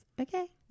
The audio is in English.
Okay